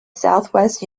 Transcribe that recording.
southwest